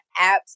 apps